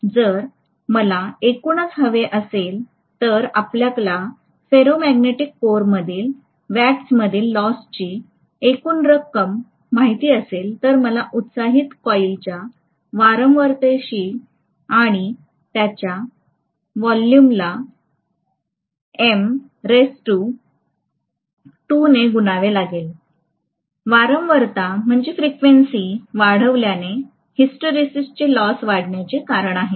जर मला एकूणच हवे असेल तर आपल्याला फेरोमॅग्नेटिक कोरमधील वॅट्समधील लॉसची एकूण रक्कम माहित असेल तर मला उत्साहित कोईलच्या वारंवारतेशी आणि त्याच्या वॉल्यूमला ने गुणाकार करावा लागेल वारंवारता वाढल्याने हिस्टेरिसिसचे लॉस वाढण्याचे कारण आहे